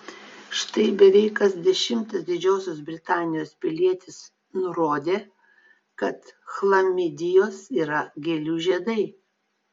štai beveik kas dešimtas didžiosios britanijos pilietis nurodė kad chlamidijos yra gėlių žiedai